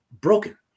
broken